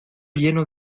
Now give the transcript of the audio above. lleno